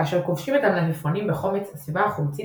כאשר כובשים את המלפפונים בחומץ הסביבה החומצית